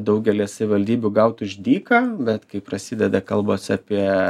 daugelyje savivaldybių gaut už dyką bet kai prasideda kalbos apie